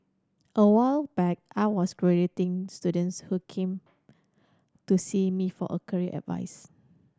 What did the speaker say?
a while back I was graduating students who came to see me for a career advice